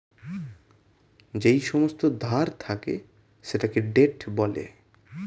যেই সমস্ত ধার থাকে সেটাকে ডেট বলে